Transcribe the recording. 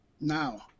Now